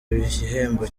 igihembo